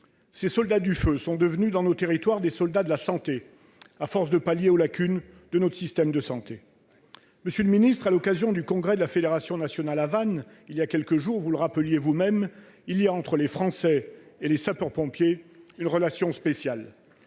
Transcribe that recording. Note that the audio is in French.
ces soldats du feu sont devenus des soldats de la santé à force de pallier les lacunes de notre système de santé. Monsieur le ministre, à l'occasion du congrès de la fédération nationale à Vannes, il y a quelques jours, vous le rappeliez vous-même, il existe entre les Français et les sapeurs-pompiers une relation spéciale.